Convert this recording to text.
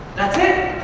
that's it.